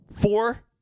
Four